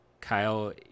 Kyle